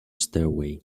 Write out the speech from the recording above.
stairway